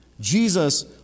Jesus